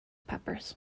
peppers